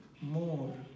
more